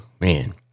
man